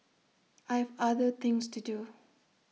I have other things to do